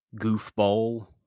goofball